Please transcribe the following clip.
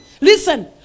Listen